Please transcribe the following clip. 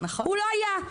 הוא לא היה,